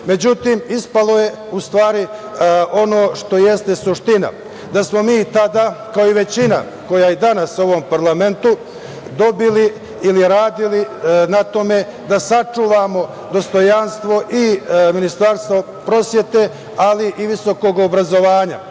ispalo je, u stvari, ono što jeste suština da smo mi tada, kao i većina koja je i danas ovom parlamentu, dobili ili radili na tome da sačuvamo dostojanstvo i Ministarstva prosvete, ali i visokog obrazovanja.